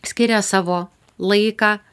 skiria savo laiką